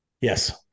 yes